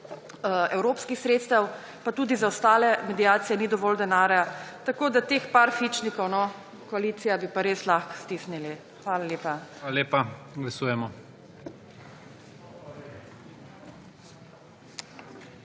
evropskih sredstev. Pa tudi za ostale mediacije ni dovolj denarja. Tako da teh nekaj fičnikov, koalicija, bi pa res lahko stisnili. Hvala lepa. **PREDSEDNIK